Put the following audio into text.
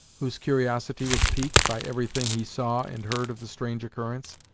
whose curiosity was piqued by everything he saw and heard of the strange occurrence.